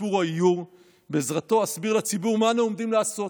סיפור או איור שבעזרתו אסביר לציבור מה אנו עומדים לעשות,